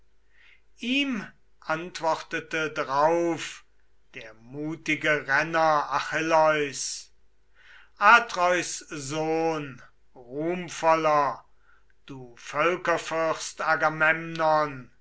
ihm antwortete drauf der gerenische reisige nestor atreus sohn ruhmvoller du